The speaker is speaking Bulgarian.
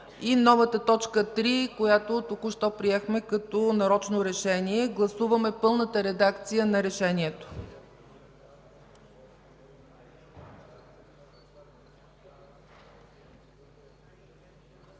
и новата т. 3, която току-що приехме като нарочно решение. Гласуваме пълната редакцията на Решението.